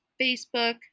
facebook